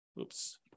oops